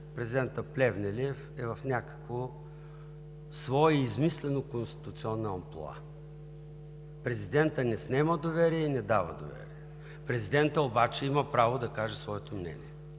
президентът Плевнелиев е в някакво свое измислено конституционно амплоа. Президентът не снема доверие и не дава доверие! Президентът обаче има право да каже своето мнение,